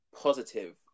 positive